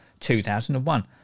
2001